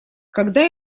когда